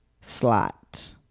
slot